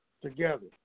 together